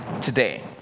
today